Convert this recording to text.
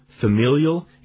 familial